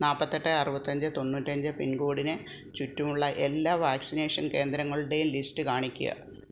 നാൽപ്പത്തിയെട്ട് അറുപത്തിയഞ്ച് തൊണ്ണൂറ്റിയഞ്ച് പിൻകോഡിന് ചുറ്റുമുള്ള എല്ലാ വാക്സിനേഷൻ കേന്ദ്രങ്ങളുടെയും ലിസ്റ്റ് കാണിക്കുക